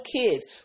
kids